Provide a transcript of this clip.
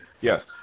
Yes